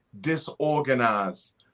disorganized